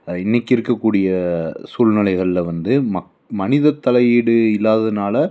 இன்றைக்கு இருக்கக்கூடிய சூழ்நிலைகளில் வந்து ம மனிததலையீடு இல்லாததுனால்